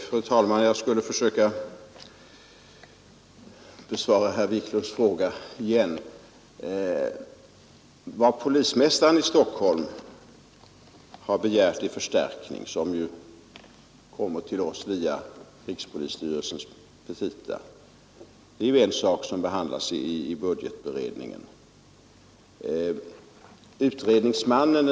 Fru talman! Jag skall försök Stockholm har ställt igen. Den förstärkning som polismästaren i Stockholm har begärt redovisas för oss via rikspolisstyrelsens petita och kommer att behandlas i budgetberedningen.